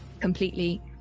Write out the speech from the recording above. completely